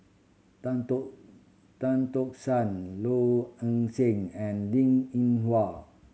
Tan Tock Tan Tock San Low Ing Sing and Linn In Hua